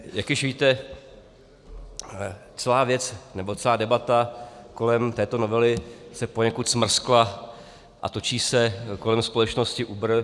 Jak již víte, celá věc nebo celá debata kolem této novely se poněkud smrskla a točí se kolem společnosti Uber.